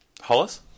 Hollis